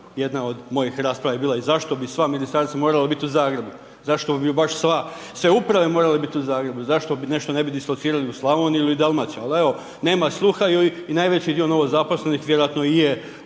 Jedna od mojih rasprava je bila i zašto bi sva Ministarstva morala biti u Zagrebu? Zašto bi baš sve Uprave morale biti u Zagrebu? Zašto nešto ne bi dislocirali u Slavoniju ili Dalmaciju, ali evo, nema sluha i najveći dio novozaposlenih vjerojatno i je